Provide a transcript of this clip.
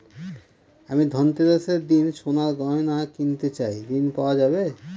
আমি ধনতেরাসের দিন সোনার গয়না কিনতে চাই ঝণ পাওয়া যাবে?